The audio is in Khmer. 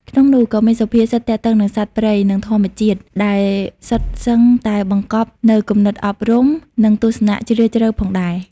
ក្នុងនោះក៏មានសុភាសិតទាក់ទងនឹងសត្វព្រៃ និងធម្មជាតិ ដែលសុទ្ធសឹងតែបង្កប់នូវគំនិតអប់រំ និងទស្សនៈជ្រាលជ្រៅផងដែរ។